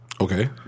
Okay